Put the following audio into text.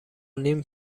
نیم